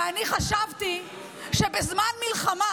ואני חשבתי שבזמן מלחמה,